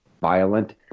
violent